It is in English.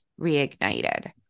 reignited